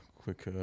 quick